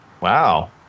Wow